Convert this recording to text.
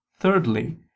Thirdly